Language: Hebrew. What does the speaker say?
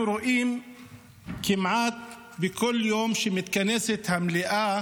אנחנו רואים כמעט בכל יום שמתכנסת המליאה